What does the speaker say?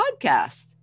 podcast